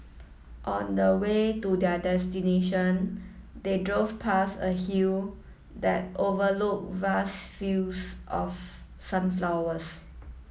on the way to their destination they drove past a hill that overlooked vast fields of sunflowers